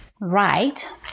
right